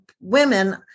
women